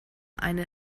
eine